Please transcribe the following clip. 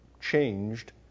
changed